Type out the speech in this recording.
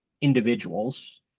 individuals